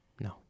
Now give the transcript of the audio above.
No